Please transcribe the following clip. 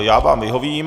Já vám vyhovím.